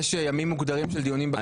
יש ימים מוגדרים של דיונים בכנסת.